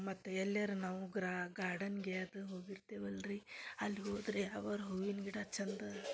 ಮತ್ತು ಎಲ್ಲೆರ ನಾವು ಗಾರ್ಡನ್ಗೆ ಅದು ಹೋಗಿರ್ತೇವಲ್ಲ ರೀ ಅಲ್ಲಿ ಹೋದರೆ ಯಾವ್ದರ ಹೂವಿನ ಗಿಡ ಚಂದ